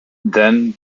then